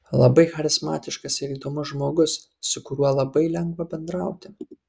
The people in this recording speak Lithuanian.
labai charizmatiškas ir įdomus žmogus su kuriuo labai lengva bendrauti